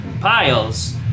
piles